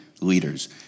leaders